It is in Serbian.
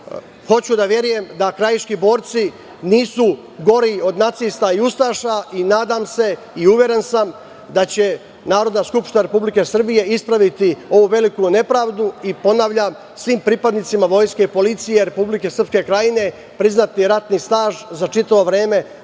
da verujem da krajiški borci nisu gori od nacista i ustaša. I nadam se i uveren sam da će Narodna skupština Republike Srbije ispraviti ovu veliku nepravdu i, ponavljam, svim pripadnicima vojske i policije Republike Srpske Krajine priznati ratni staž za čitavo vreme